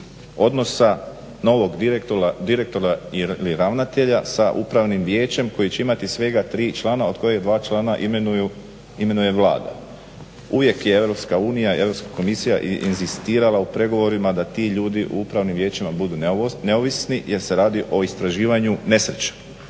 odnosa novog direktora ili ravnatelja sa upravnim vijećem koji će imati svega tri člana od kojih dva člana imenuje Vlada. Uvijek je Europska unija i Europska komisija inzistirala u pregovorima da ti ljudi u upravnim vijećima budu neovisni jer se radi o istraživanju nesreća